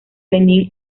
lenin